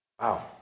Wow